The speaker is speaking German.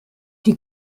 die